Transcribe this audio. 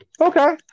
Okay